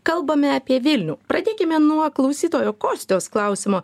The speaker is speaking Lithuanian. kalbame apie vilnių pradėkime nuo klausytojo kostios klausimo